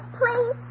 please